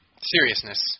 seriousness